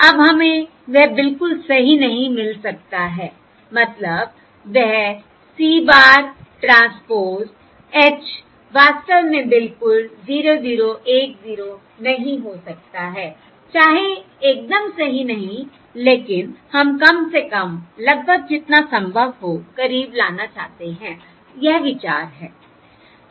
अब हमें वह बिल्कुल सही नहीं मिल सकता है मतलब वह C bar ट्रांसपोज़ H वास्तव में बिल्कुल 0 0 1 0 नहीं हो सकता है चाहे एकदम सही नहीं लेकिन हम कम से कम लगभग जितना संभव हो करीब लाना चाहते हैं यह विचार है